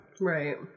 Right